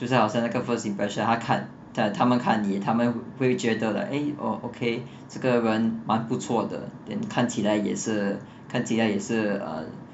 就是好像就是好像那个 first impression 他看他们看你他们会觉得 like eh orh okay 这个人蛮不错的 then 看起来也是看起来也是 uh